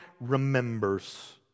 remembers